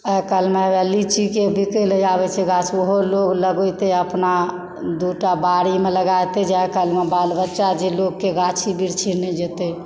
आइकाल्हिमे वएह लीचीके भी पेड़ लगाबै छै ओहो लोग लगतै अपना दुटा बाड़ीमे लगा देतय जाय काल्हिमे बाल बच्चा जे लोगकऽ गाछी वृक्षी नहि जेतय